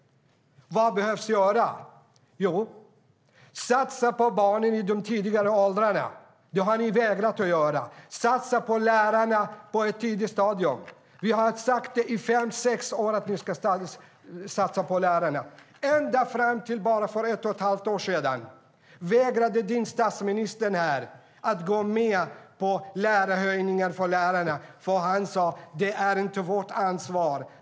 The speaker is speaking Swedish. Vad behöver göras? Jo, satsa på barnen i de tidigare åldrarna. Det har ni vägrat att göra. Satsa på lärarna på ett tidigt stadium. Vi har sagt i fem sex år att vi ska satsa på lärarna. För bara ett och ett halvt år sedan vägrade din statsminister att gå med på löneökningar för lärarna. Han sade: Det är inte vårt ansvar.